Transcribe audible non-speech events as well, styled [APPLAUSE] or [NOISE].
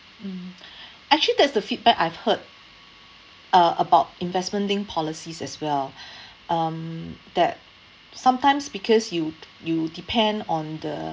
mm actually that's a feedback I've heard uh about investment linked policies as well [BREATH] um that sometimes because you'd you depend on the